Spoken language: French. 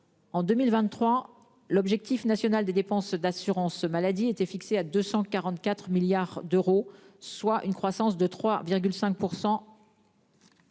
En 2023, l'objectif national des dépenses d'assurance maladie était fixé à 244 milliards d'euros, soit une croissance de 3,5%.